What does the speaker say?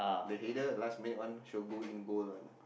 the header last minute one sure go in goal one lah